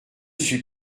suis